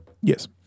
Yes